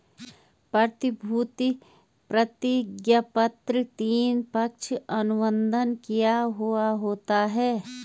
प्रतिभूति प्रतिज्ञापत्र तीन, पक्ष अनुबंध किया हुवा होता है